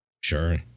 Sure